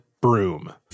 broom